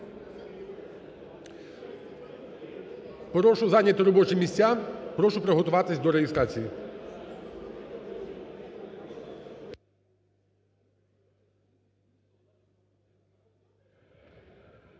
прошу зайняти робочі місця. Прошу приготуватись до реєстрації.